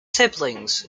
siblings